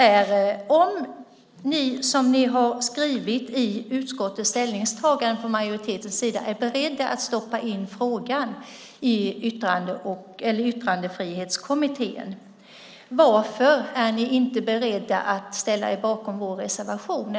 Om ni, som ni har skrivit i utskottets ställningstagande från majoritetens sida, är beredda att stoppa in frågan i Yttrandefrihetskommittén undrar jag: Varför är ni inte beredda att ställa er bakom vår reservation?